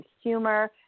humor